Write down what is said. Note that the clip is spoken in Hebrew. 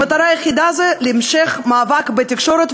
המטרה היחידה זה המשך מאבק בתקשורת,